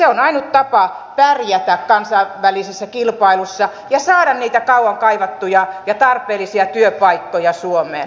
se on ainut tapa pärjätä kansainvälisessä kilpailussa ja saada niitä kauan kaivattuja ja tarpeellisia työpaikkoja suomeen